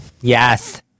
Yes